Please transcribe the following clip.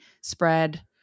spread